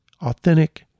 authentic